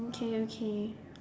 okay okay